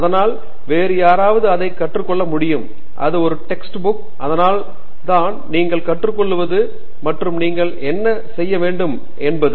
அதனால் வேறு யாராவது அதை கற்றுக்கொள்ள முடியும் அது ஒரு டெக்ஸ்ட் புக் அதனால் தான் நீங்கள் கற்றுக்கொள்வது மற்றும் நீங்கள் என்ன செய்ய வேண்டும் என்பது